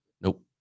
Nope